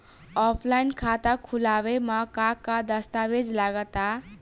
Offline खाता खुलावे म का का दस्तावेज लगा ता?